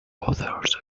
others